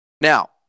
Now